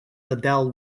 liddell